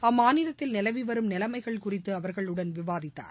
அம்மாநிலத்தில் நிலவி வரும் நிலைமைகள் குறித்து அவர்களுடன் விவாதித்தார்